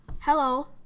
Hello